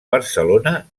barcelona